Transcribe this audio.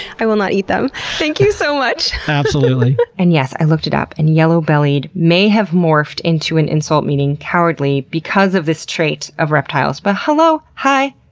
i will not eat them. thank you so much! absolutely. and yes, i looked it up, and, yellow-bellied may have morphed into an insult meaning cowardly because of this trait of reptiles. but, hello. hi.